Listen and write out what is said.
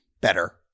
better